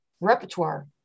repertoire